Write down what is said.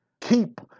keep